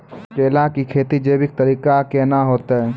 केला की खेती जैविक तरीका के ना होते?